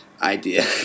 idea